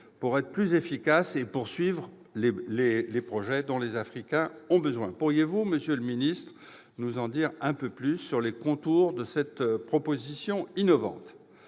pour être plus efficace » et « poursuivre les projets dont les Africains ont besoin ». Pourriez-vous, monsieur le ministre, nous en dire un peu plus sur les contours de cette proposition innovante ?